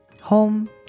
home